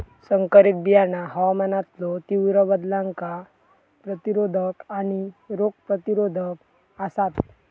संकरित बियाणा हवामानातलो तीव्र बदलांका प्रतिरोधक आणि रोग प्रतिरोधक आसात